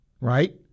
right